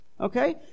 okay